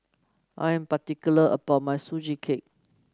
I am particular about my Sugee Cake